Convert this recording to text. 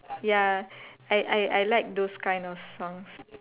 ya I I I like those kind of songs